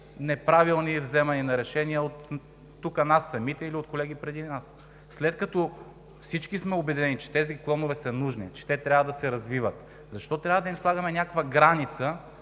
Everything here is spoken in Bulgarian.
неправилно взети решения от нас самите или от колеги преди нас? След като всички сме убедени, че тези клонове са нужни, че те трябва да се развиват, защо трябва да им слагаме някаква граница